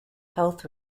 health